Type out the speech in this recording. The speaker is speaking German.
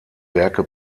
werke